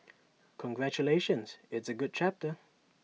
congratulations it's A good chapter